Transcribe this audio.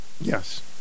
Yes